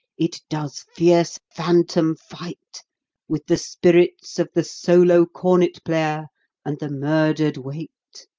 it does fierce phantom fight with the spirits of the solo cornet player and the murdered wait,